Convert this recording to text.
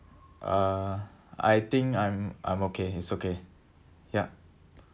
uh I think I'm I'm okay it's okay yup